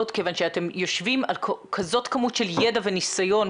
כיוון שאתם יושבים על כזאת כמות של ידע וניסיון,